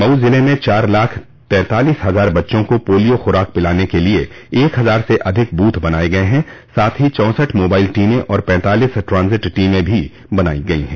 मऊ ज़िले में चार लाख तैंतालीस हजार बच्चों को पोलियो ख्राक पिलाने के लिये एक हजार से अधिक बूथ बनाये गये साथ ही चौसठ मोबाइल टीमे और पतालीस ट्रांजिट टीमें भी बनायी गयी हैं